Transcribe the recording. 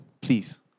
please